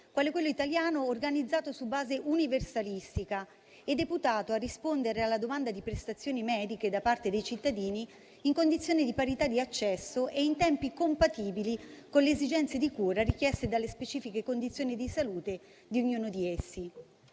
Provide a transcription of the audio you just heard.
quale quello italiano, organizzato su base universalistica e deputato a rispondere alla domanda di prestazioni mediche da parte dei cittadini in condizioni di parità di accesso e in tempi compatibili con le esigenze di cura richieste dalle specifiche condizioni di salute di ognuno di essi.